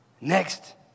Next